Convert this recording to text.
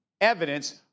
evidence